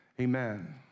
Amen